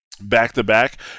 back-to-back